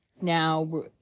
now